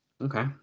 Okay